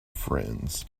friends